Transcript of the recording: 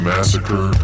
Massacre